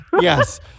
Yes